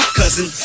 cousin